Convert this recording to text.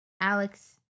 Alex